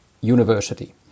university